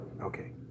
Okay